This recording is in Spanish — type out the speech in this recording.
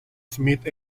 smith